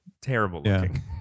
terrible-looking